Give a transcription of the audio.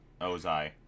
Ozai